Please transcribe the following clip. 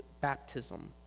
baptism